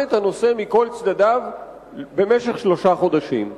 את הנושא מכל צדדיו במשך שלושה חודשים.